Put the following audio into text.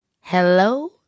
Hello